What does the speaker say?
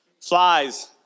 flies